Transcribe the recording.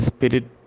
Spirit